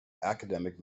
academic